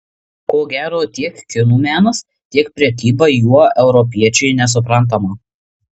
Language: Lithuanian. ko gero tiek kinų menas tiek prekyba juo europiečiui nesuprantama